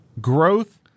growth